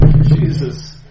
Jesus